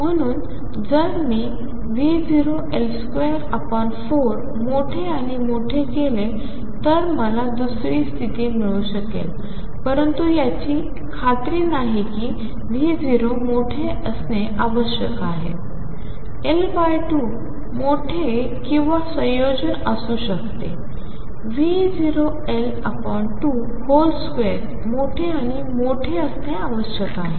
म्हणून जर मी V0L24मोठे आणि मोठे केले तर मला दुसरी स्तिथी मिळू शकेल परंतु याची खात्री नाही की V0 मोठे असणे आवश्यक आहे L2 मोठे किंवा संयोजन असू शकते V0L22 मोठे आणि मोठे असणे आवश्यक आहे